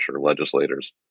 legislators